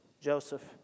Joseph